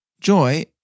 Joy